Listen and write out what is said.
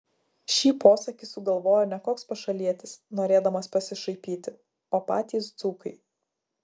šį posakį sugalvojo ne koks pašalietis norėdamas pasišaipyti o patys dzūkai